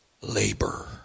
labor